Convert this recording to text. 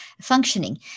functioning